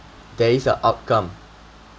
there is a outcome